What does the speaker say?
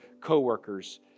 coworkers